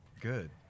Good